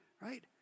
right